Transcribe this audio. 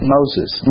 Moses